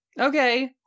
Okay